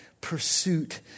pursuit